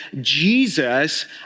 Jesus